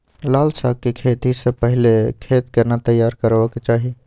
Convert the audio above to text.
लाल साग के खेती स पहिले खेत केना तैयार करबा के चाही?